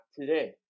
today